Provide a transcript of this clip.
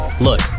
look